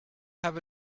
have